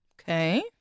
Okay